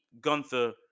Gunther